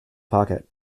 pocket